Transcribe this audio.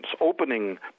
opening